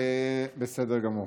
בסדר גמור.